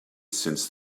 since